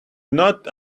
not